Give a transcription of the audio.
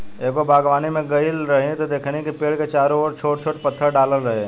एगो बागवानी में गइल रही त देखनी कि पेड़ के चारो ओर छोट छोट पत्थर डालल रहे